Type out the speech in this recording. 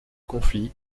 conflit